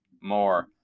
more